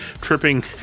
tripping